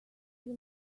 till